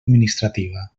administrativa